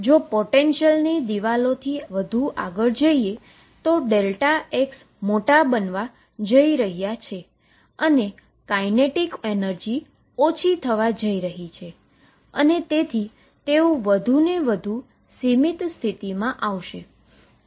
જો પોટેંશિયલની દિવાલોથી વધુ આગળ જઈએ તો x મોટા બનવા જઈ રહી છે અને કાઈનેટીક એનર્જી ઓછી થવા જઈ રહી છે અને તેથી તેઓ વધુ સીમીત સ્થિતિમા આવશે